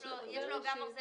יש לו גם עוזר.